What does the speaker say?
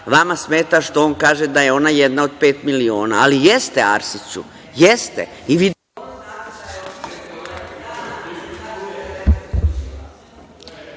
vama smeta što on kaže da je ona jedna od pet miliona. Ali, jeste Arsiću, jeste